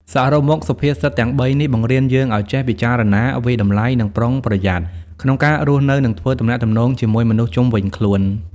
សរុបមក សុភាសិតទាំងបីនេះបង្រៀនយើងឱ្យចេះ ពិចារណា វាយតម្លៃ និង ប្រុងប្រយ័ត្ន ក្នុងការរស់នៅ និងធ្វើទំនាក់ទំនងជាមួយមនុស្សជុំវិញខ្លួន។